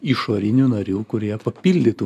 išorinių narių kurie papildytų